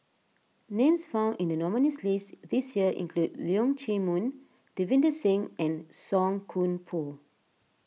names found in the nominees' list this year include Leong Chee Mun Davinder Singh and Song Koon Poh